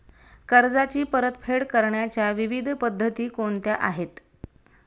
कर्जाची परतफेड करण्याच्या विविध पद्धती कोणत्या आहेत?